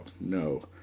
no